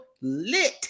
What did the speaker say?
lit